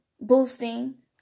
boosting